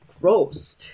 gross